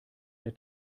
der